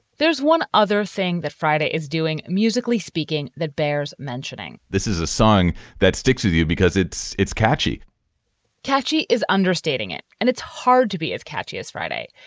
there's one other thing that freida is doing, musically speaking, that bears mentioning this is a song that sticks with you because it's it's catchy catchy is understating it. and it's hard to be as catchiest friday.